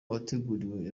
wateguriwe